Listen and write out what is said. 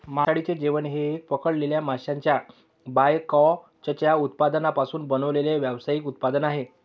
मासळीचे जेवण हे पकडलेल्या माशांच्या बायकॅचच्या उत्पादनांपासून बनवलेले व्यावसायिक उत्पादन आहे